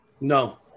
No